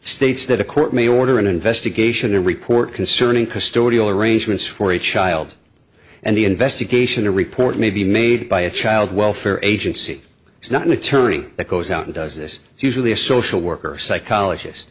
states that a court may order an investigation a report concerning custodial arrangements for a child and the investigation a report may be made by a child welfare agency is not an attorney that goes out and does this usually a social worker or psychologist